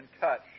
touch